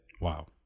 Wow